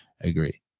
agree